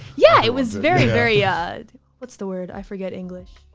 yeah, it was very, very. ah what's the word? i forget english.